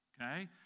okay